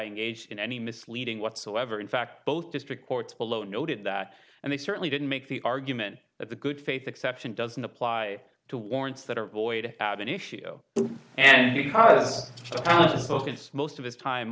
engaged in any misleading whatsoever in fact both district courts below noted that and they certainly didn't make the argument that the good faith exception doesn't apply to warrants that are void of an issue and because most of his time